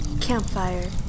Campfire